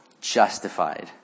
justified